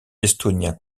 estonien